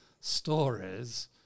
stories